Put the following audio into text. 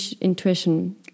intuition